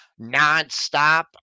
nonstop